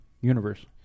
universe